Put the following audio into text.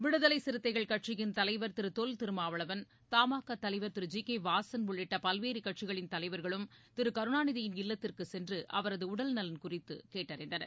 விடுதலைசிறுத்தைகள் கட்சியின் தலைவர் திருதொல் திருமாவளவன் த மாகாதலைவர் திரு ஜி கேவாசன் உள்ளிட்டபல்வேறுகட்சிகளின் தலைவர்களும் திருகருணாநிதியின் இல்லத்திற்குசென்றுஅவரதுஉடல்நலன் குறித்துகேட்டறிந்தனர்